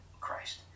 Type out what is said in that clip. Christ